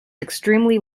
extremely